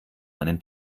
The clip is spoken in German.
einen